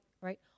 right